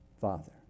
Father